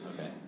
okay